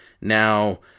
Now